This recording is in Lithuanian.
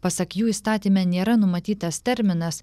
pasak jų įstatyme nėra numatytas terminas